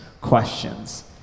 questions